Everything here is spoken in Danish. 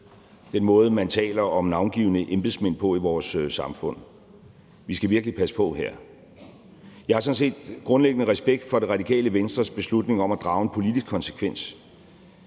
den måde, man taler om navngivne embedsmænd på i vores samfund. Vi skal virkelig passe på her. Jeg har sådan set grundlæggende respekt for Radikale Venstres beslutning om at drage en politisk konsekvens.